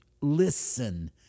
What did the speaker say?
listen